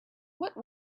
what